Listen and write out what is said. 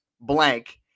blank